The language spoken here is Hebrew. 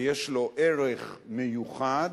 שיש לו ערך מיוחד,